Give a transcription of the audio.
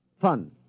Fun